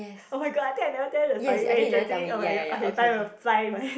oh-my-god I think never tell you the story very interesting oh-my-god okay time will fly man